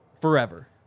forever